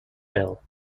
bill